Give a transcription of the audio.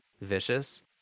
Vicious